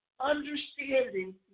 Understanding